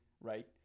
right